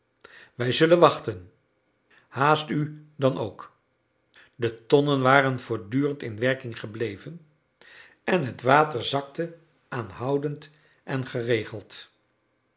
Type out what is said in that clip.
wij zullen wachten haast u dan ook de tonnen waren voortdurend in werking gebleven en het water zakte aanhoudend en geregeld